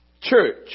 Church